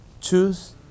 choose